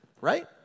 right